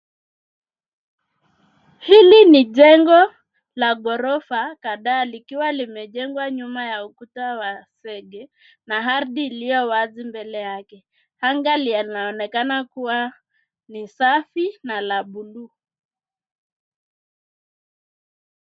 Hili ni jengo la ghorofa kadhaa likiwa limejengwa nyuma ya ukuta wa zege, na ardhi iliyo wazi mbele yake. Anga linaonekana kuwa ni safi na la bluu.